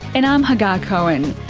and i'm hagar cohen.